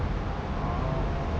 oh